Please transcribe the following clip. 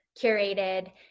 curated